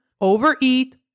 overeat